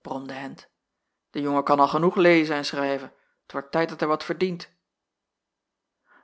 bromde hendt de jongen kan al genoeg lezen en schrijven t wordt tijd dat hij wat verdient